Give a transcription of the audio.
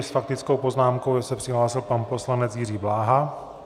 S faktickou poznámkou se přihlásil pan poslanec Jiří Bláha.